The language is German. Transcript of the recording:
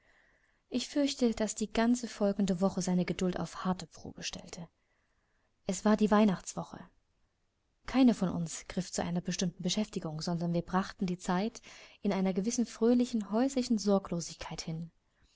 ich fürchte daß die ganze folgende woche seine geduld auf eine harte probe stellte es war die weihnachtswoche keine von uns griff zu einer bestimmten beschäftigung sondern wir brachten die zeit in einer gewissen fröhlichen häuslichen sorglosigkeit hin